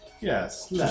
Yes